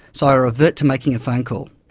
so i revert to making a phone call.